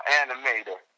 animator